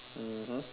mmhmm